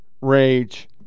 rage